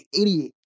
idiot